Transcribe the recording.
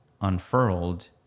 unfurled